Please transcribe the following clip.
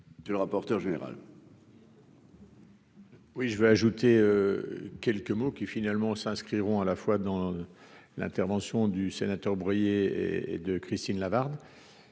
Tu le rapporteur général. Oui, je vais ajouter quelques mots qui finalement s'inscriront à la fois dans l'intervention du sénateur briller et de Christine Lavarde